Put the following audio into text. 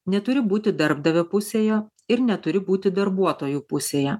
neturi būti darbdavio pusėje ir neturi būti darbuotojų pusėje